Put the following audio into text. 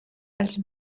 els